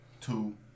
two